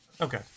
Okay